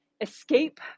escape